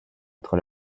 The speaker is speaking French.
entre